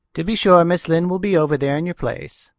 to be sure, mrs. lynde'll be over there in your place.